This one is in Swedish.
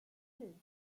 liv